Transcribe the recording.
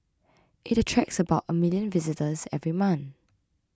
it attracts about a million visitors every month